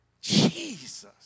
Jesus